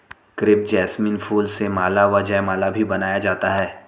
crepe jasmine फूल से माला व जयमाला भी बनाया जाता है